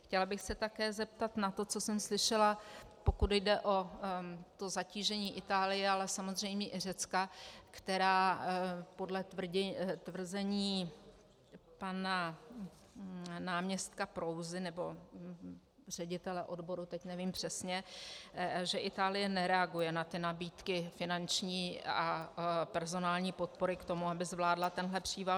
Chtěla bych se také zeptat na to, co jsem slyšela, pokud jde o to zatížení Itálie, ale samozřejmě i Řecka, která podle tvrzení pana náměstka Prouzy nebo ředitele odboru, teď nevím přesně, že Itálie nereaguje na nabídky finanční a personální podpory k tomu, aby zvládla tenhle příval.